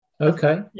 Okay